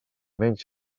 menys